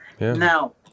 Now